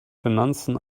finanzen